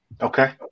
Okay